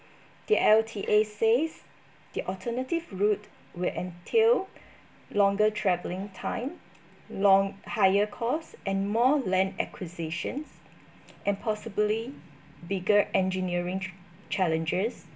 the L_T_A says the alternative route will entail longer travelling time long higher costs and more land acquisitions and possibly bigger engineering challenges